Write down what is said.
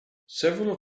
several